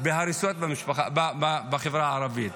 בהריסות בחברה הערבית.